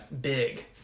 Big